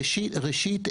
ראשית,